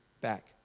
back